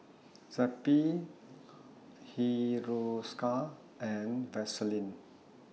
Zappy Hiruscar and Vaselin